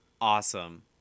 awesome